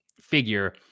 figure